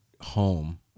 home